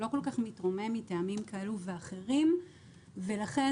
לא מתרומם מטעמים כאלה ואחרים ולכן,